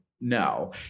no